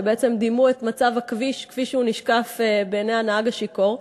שבעצם דימו את מצב הכביש כפי שהוא נשקף בעיני הנהג השיכור,